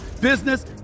business